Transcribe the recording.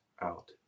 out